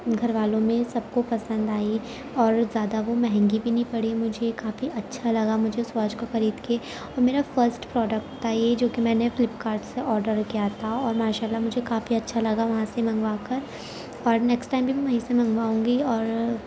گھر والوں میں سب کو پسند آئی اور زیادہ وہ مہنگی بھی نہیں پڑی مجھے کافی اچھا لگا مجھے اس واچ کو خرید کے وہ میرا فرسٹ پروڈکٹ تھا یہ جو کہ میں نے فلپکارٹ سے آرڈر کیا تھا اور ماشا اللہ مجھے کافی اچھا لگا وہاں سے منگوا کر اور نیکسٹ ٹائم بھی میں وہیں سے منگواؤں گی اور